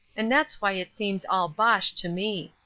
and that's why it seems all bosh to me.